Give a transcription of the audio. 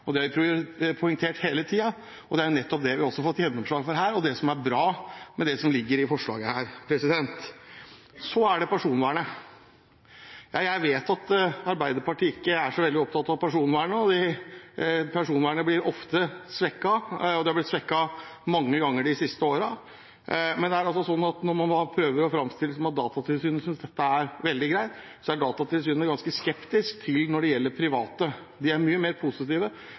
som finansieringsmetode. Det har vi poengtert hele tiden, og det er nettopp det vi også har fått gjennomslag for her, og det som er bra med det som ligger i forslaget her. Så er det personvernet. Jeg vet at Arbeiderpartiet ikke er så veldig opptatt av personvernet, og personvernet blir ofte svekket – og det er blitt svekket mange ganger de siste årene. Man prøver å fremstille det som at Datatilsynet synes dette er veldig greit, Datatilsynet er ganske skeptisk når det gjelder private. De var mye mer positive